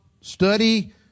study